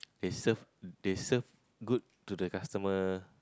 they serve they serve good to the customer